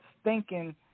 stinking